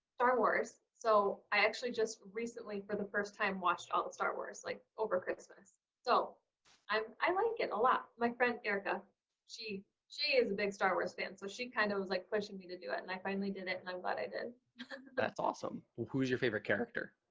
star wars so i actually just recently for the first time watched all the star wars like over christmas so i like get a lot my friend erica she she is a big star wars fan so she kind of was like pushing me to do it and i finally did it and i'm glad i did that's awesome and who's your favorite character